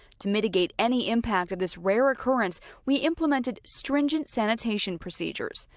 to mitigate any impact of this rare occurrence, we implemented stringent sanitation procedures.